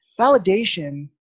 Validation